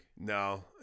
No